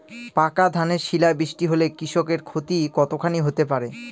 পাকা ধানে শিলা বৃষ্টি হলে কৃষকের ক্ষতি কতখানি হতে পারে?